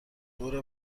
دور